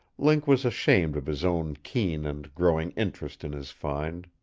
link was ashamed of his own keen and growing interest in his find.